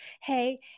hey